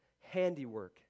handiwork